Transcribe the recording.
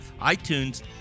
iTunes